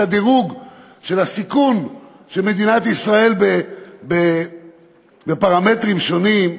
את הדירוג של הסיכון של מדינת ישראל בפרמטרים שונים.